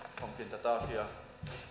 tätä asiaa